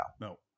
no